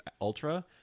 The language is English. ultra